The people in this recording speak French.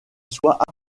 soient